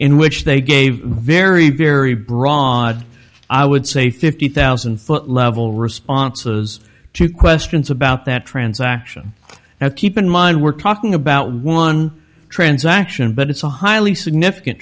in which they gave very very broad i would say fifty thousand foot level responses to questions about that transaction now keep in mind we're talking about one transaction but it's a highly significant